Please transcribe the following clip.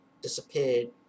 disappeared